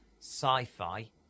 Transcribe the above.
sci-fi